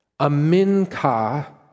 aminka